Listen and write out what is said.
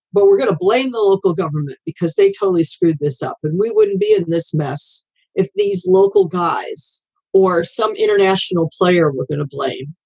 but we're going to blame the local government because they totally screwed this up. and we wouldn't be in this mess if these local guys or some international player were going to blame.